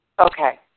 Okay